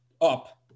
up